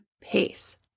pace